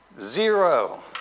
Zero